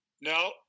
No